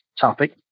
topic